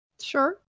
Sure